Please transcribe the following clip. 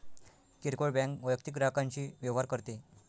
किरकोळ बँक वैयक्तिक ग्राहकांशी व्यवहार करते